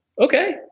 okay